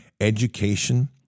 Education